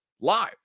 live